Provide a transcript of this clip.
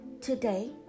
Today